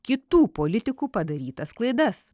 kitų politikų padarytas klaidas